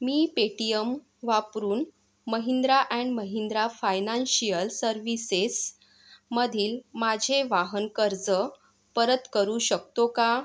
मी Paytm वापरून Mahindra and Mahindra financial services मधील माझे वाहन कर्ज परत करू शकतो का